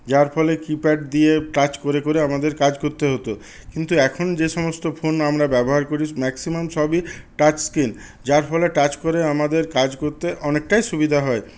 যার ফলে কিপ্যাড দিয়ে টাচ করে করে আমাদের কাজ করতে হতো কিন্তু এখন যেসমস্ত ফোন আমরা ব্যবহার করি ম্যাক্সিমাম সবই টাচস্ক্রিন যার ফলে টাচ করে আমাদের কাজ করতে অনেকটাই সুবিধা হয়